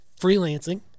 freelancing